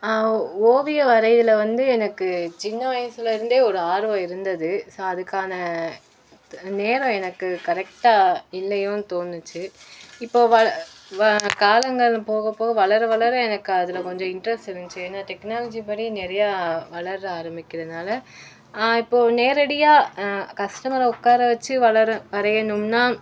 ஓ ஓவியம் வரயிறதில் வந்து எனக்கு சின்ன வயசில் இருந்தே ஒரு ஆர்வம் இருந்தது ஸோ அதுக்கான நேரம் த் எனக்கு கரெக்டாக இல்லையோனு தோணுச்சு இப்போது வ வ காலங்கள் போக போக வளர வளர எனக்கு அதில் கொஞ்சம் இண்ட்ரெஸ்ட் இருந்துச்சு ஏன்னா டெக்னாலஜி படி நிறையா வளர ஆரமிக்கிறதனால இப்போது நேரடியாக கஸ்டமரை உட்கார வச்சு வளர வரையணும்னால்